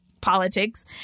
politics